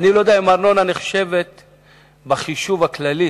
אם ארנונה נחשבת בחישוב הכללי